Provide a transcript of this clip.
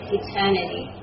eternity